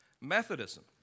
Methodism